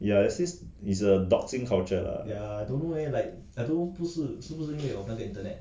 ya there's this it a toxic culture lah